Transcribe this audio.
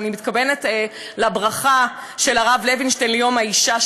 ואני מתכוונת לברכה של הרב לוינשטיין ליום האישה,